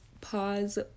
pause